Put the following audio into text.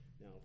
Now